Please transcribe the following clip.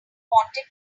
wanted